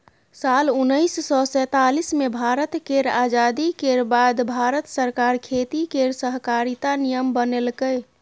साल उन्नैस सय सैतालीस मे भारत केर आजादी केर बाद भारत सरकार खेती केर सहकारिता नियम बनेलकै